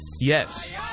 Yes